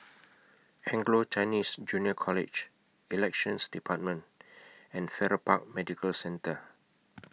Anglo Chinese Junior College Elections department and Farrer Park Medical Centre